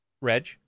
Reg